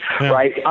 Right